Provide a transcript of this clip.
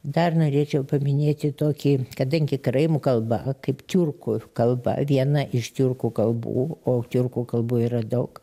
dar norėčiau paminėti tokį kadangi karaimų kalba kaip tiurkų kalba viena iš tiurkų kalbų o tiurkų kalbų yra daug